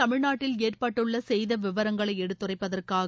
தமிழ்நாட்டில் ஏற்பட்டுள்ள சேத விவரங்களை எடுத்துரைப்பதற்காக